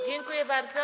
Dziękuję bardzo.